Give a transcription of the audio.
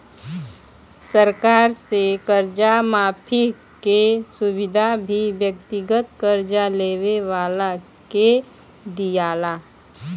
सरकार से कर्जा माफी के सुविधा भी व्यक्तिगत कर्जा लेवे वाला के दीआला